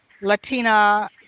Latina